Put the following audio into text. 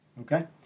okay